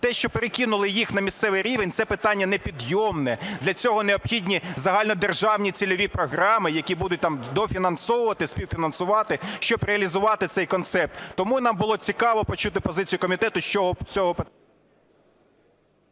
Те, що перекинули їх на місцевий рівень – це питання не підйомне. Для цього необхідні загальнодержавні цільові програми, які будуть дофінансовувати, співфінансувати, щоб реалізувати цей концепт. Тому нам було цікаво почути позицію комітету, що...